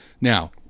Now